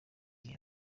iri